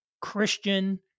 Christian